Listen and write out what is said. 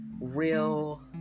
real